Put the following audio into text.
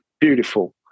beautiful